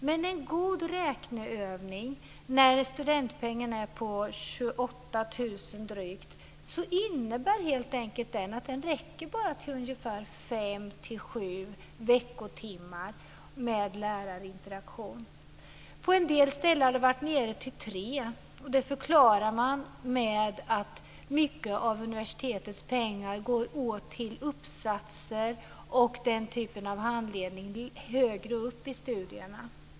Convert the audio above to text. Men en god räkneövning visar att studentpengen, som är på drygt 28 000 kr, helt enkelt bara räcker till fem till sju veckotimmar med lärarinteraktion. På en del ställen har man varit nere i tre veckotimmar. Det förklarar man med att mycket av universitetets pengar går åt till uppsatser och den typen av handledning längre fram i studierna.